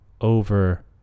over